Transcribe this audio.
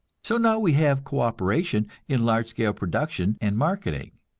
so now we have co-operation in large-scale production and marketing.